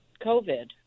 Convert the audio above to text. COVID